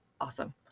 Awesome